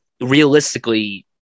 realistically